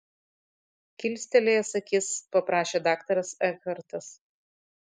kilstelėjęs akis paprašė daktaras ekhartas